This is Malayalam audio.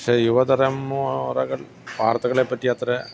പക്ഷെ യുവതലമുറകൾ വാർത്തകളെപ്പറ്റി അത്ര